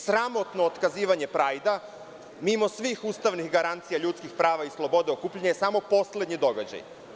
Sramotno otkazivanje „Prajda“, mimo svih ustavnih garancija ljudskih prava i sloboda, okupljanje je samo poslednji događaj.